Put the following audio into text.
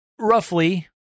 Roughly